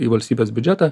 į valstybės biudžetą